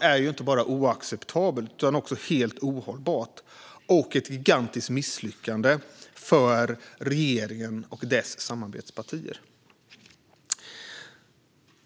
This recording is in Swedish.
är inte bara oacceptabelt utan också helt ohållbart och ett gigantiskt misslyckande för regeringen och dess samarbetspartier.